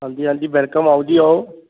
ਹਾਂਜੀ ਹਾਂਜੀ ਵੈਲਕਮ ਆਓ ਜੀ ਆਓ